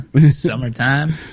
summertime